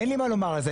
אין לי מה לומר על זה.